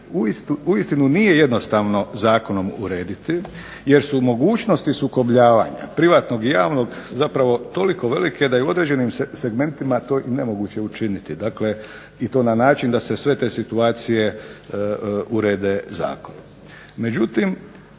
uistinu nije jednostavno zakonom urediti jer su mogućnosti sukobljavanja privatnog i javnog zapravo toliko velike da je i u određenim segmentima to i nemoguće učiniti. Dakle, i to na način da se sve te situacije urede zakonom.